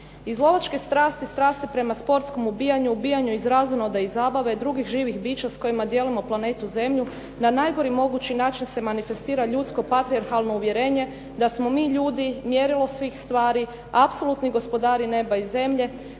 Iz lovačke strasti, strasti prema sportskom ubijanju, ubijanju iz razonoda i zabave drugih živih bića s kojima dijelimo planetu Zemlju na najgori mogući način se manifestira ljudsko patrijarhalno uvjerenje da smo mi ljudi mjerilo svih stvari, apsolutni gospodari neba i zemlje